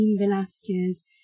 Velasquez